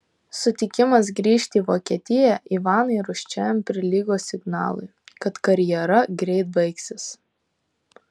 sutikimas grįžti į vokietiją ivanui rūsčiajam prilygo signalui kad karjera greit baigsis